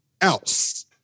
else